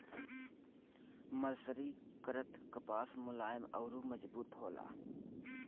मर्सरीकृत कपास मुलायम अउर मजबूत होला